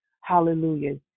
Hallelujah